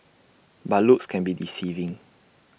but looks can be deceiving